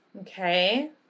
Okay